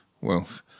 Wealth